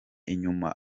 inyuma